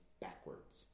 Backwards